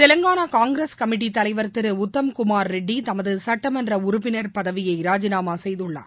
தெலங்கானாகாங்கிரஸ் கமிட்டிதலைவர் திருஉத்தம்குமார் ரெட்டிதமதுசட்டமன்றஉறுப்பினர் பதவியைராஜிநாமாசெய்துள்ளார்